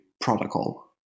protocol